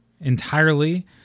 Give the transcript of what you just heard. entirely